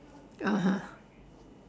(uh huh)